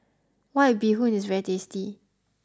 white bee hoon is very tasty